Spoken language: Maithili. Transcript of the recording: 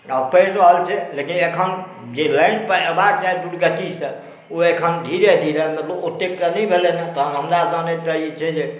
आओर पढ़ि रहल छै लेकिन एखन जे लाइनपर अएबाक चाही दुर्गतिसँ ओ एखन धीरे धीरे मतलब ओतेक तऽ नहि भेलै हँ तहन हमरा सामने ई छै जे